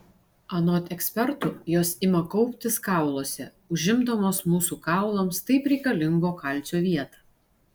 anot ekspertų jos ima kauptis kauluose užimdamos mūsų kaulams taip reikalingo kalcio vietą